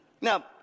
Now